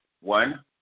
one